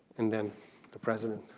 and then the president.